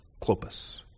Clopas